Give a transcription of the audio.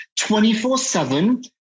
24-7